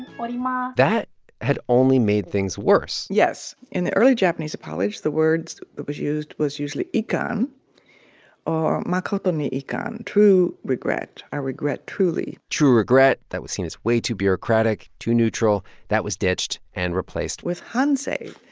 um ah that had only made things worse yes. in the early japanese apologies, the word that was used was usually ikan or makoto ni ikan true regret. i regret truly true regret, that was seen as way too bureaucratic too neutral. that was ditched and replaced with. hansei.